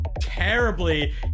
Terribly